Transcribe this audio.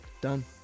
done